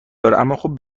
داره، اماخب